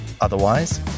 Otherwise